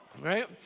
Right